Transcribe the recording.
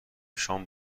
شام